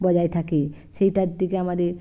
বজায় থাকে সেটার দিকে আমাদের